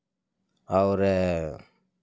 और